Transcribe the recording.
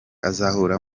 azahura